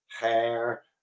hair